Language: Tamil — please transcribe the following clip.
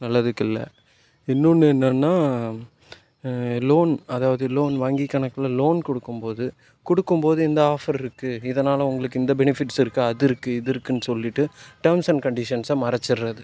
நல்லதுக்கில்லை இன்னொன்னு என்னென்னா லோன் அதாவது லோன் வங்கிக்கணக்கில் லோன் கொடுக்கும் போது கொடுக்கும் போது இந்த ஆஃபர் இருக்கும் இதுனால உங்களுக்கு இந்த பெனிஃபிட்ஸ் இருக்கும் அது இருக்கும் இது இருக்குன்னு சொல்லிகிட்டு டெர்ம்ஸ் அண்ட் கண்டிஷன்ஸை மறத்துட்றது